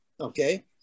Okay